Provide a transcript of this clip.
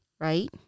right